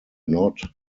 not